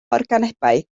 organebau